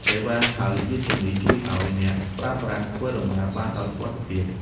សេវាហៅយានជំនិះ ជួយឱ្យអ្នកប្រើប្រាស់ធ្វើដំណើរបានដោយសុវត្ថិភាព។